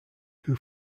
who